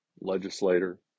legislator